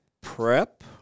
Prep